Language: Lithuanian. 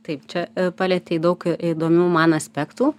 taip čia palietei daug įdomių man aspektų